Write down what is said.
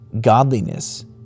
godliness